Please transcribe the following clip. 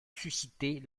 susciter